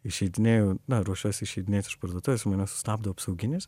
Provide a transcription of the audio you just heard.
išeidinėju na ruošiuosi išeidinėt iš parduotuvės mane sustabdo apsauginis